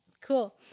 Cool